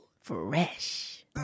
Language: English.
fresh